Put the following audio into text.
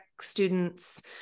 students